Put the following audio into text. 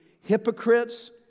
hypocrites